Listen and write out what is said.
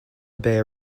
bear